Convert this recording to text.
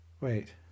Wait